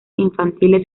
infantiles